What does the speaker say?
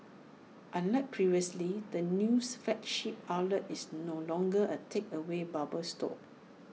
unlike previously the news flagship outlet is no longer A takeaway bubble store